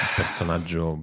personaggio